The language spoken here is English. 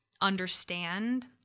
understand